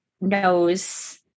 knows